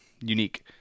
Unique